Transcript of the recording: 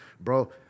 bro